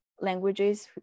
languages